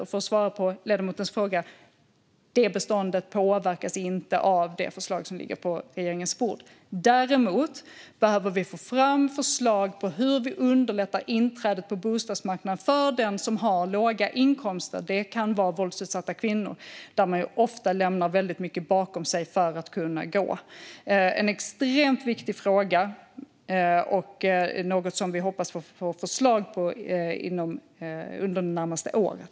Och, för att svara på ledamotens fråga, det beståndet påverkas inte av det förslag som ligger på regeringens bord. Däremot behöver vi få fram förslag om hur vi underlättar inträdet på bostadsmarknaden för dem som har låga inkomster. Det kan vara våldsutsatta kvinnor, som ofta lämnar väldigt mycket bakom sig för att kunna gå. Det är en extremt viktig fråga, och vi hoppas få fram förslag under det närmaste året.